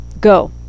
go